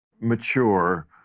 Mature